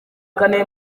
kane